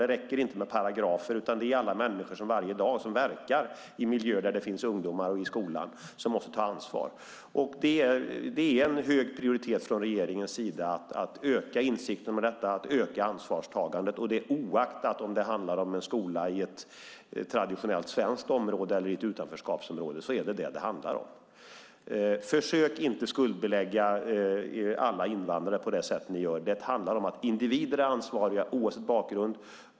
Det räcker inte med paragrafer, utan alla människor som varje dag verkar i miljöer där det finns ungdomar, såsom skolan, måste ta ansvar. Det är en hög prioritet från regeringens sida att öka insikten om detta, att öka ansvarstagandet. Oavsett om det gäller en skola i ett traditionellt svenskt område eller i ett utanförskapsområde handlar det om det. Försök därför inte skuldbelägga alla invandrare på det sätt ni gör! Det handlar om att individer är ansvariga oavsett bakgrund.